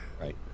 Right